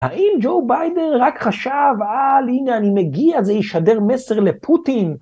האם ג'ו ביידן רק חשב, הנה אני מגיע, זה ישדר מסר לפוטין?